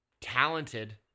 talented